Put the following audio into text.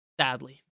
sadly